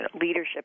leadership